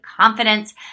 confidence